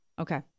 Okay